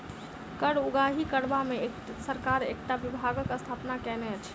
कर उगाही करबा मे सरकार एकटा विभागक स्थापना कएने अछि